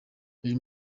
uyu